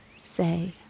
Say